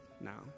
now